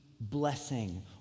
blessing